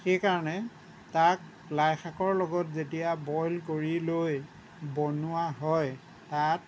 সেইকাৰণে তাক লাই শাকৰ লগত যেতিয়া বইল কৰি লৈ বনোৱা হয় তাত